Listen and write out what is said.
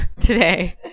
today